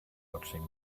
watching